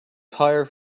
tire